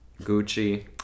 Gucci